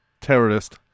terrorist